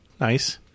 Nice